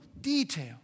detail